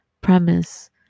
premise